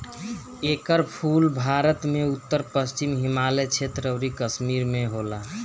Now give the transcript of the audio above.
एकर फूल भारत में उत्तर पश्चिम हिमालय क्षेत्र अउरी कश्मीर में होला